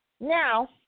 Now